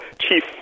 Chief